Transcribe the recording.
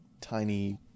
tiny